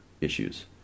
issues